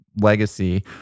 legacy